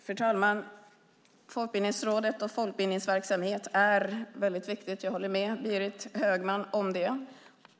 Fru talman! Folkbildningsrådet och folkbildningsverksamhet är viktigt. Jag håller med Berit Högman om det.